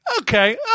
Okay